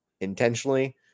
intentionally